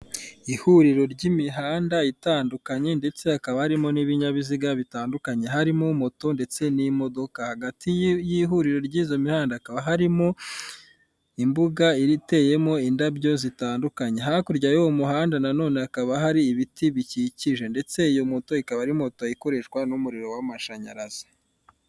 Ihuriro ry'imihanda itandukanye ndetse hakaba harimo n'ibinyabiziga bitandukanye. Harimo moto ndetse n'imodoka. Hagati y'ihuriro ry'izo mihanda hakaba harimo imbuga iteyemo indabyo zitandukanye. Hakurya y'uwo muhanda na none hakaba hari ibiti bikikije. Ndetse iyo moto ikaba ari moto ikoreshwa n'umuriro w'amashanyarazi.